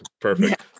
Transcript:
Perfect